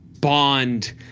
bond